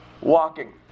walking